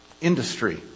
industry